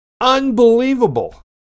Unbelievable